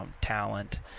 talent